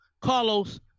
Carlos